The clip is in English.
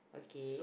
okay